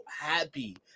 happy